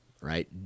right